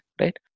right